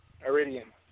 Iridium